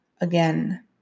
again